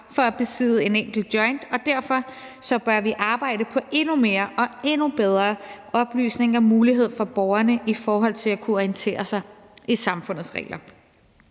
for at besidde en enkelt joint, og derfor bør vi arbejde på endnu mere og endnu bedre oplysning og mulighed for borgerne i forhold til at kunne orientere sig i samfundets regler.